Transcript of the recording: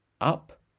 up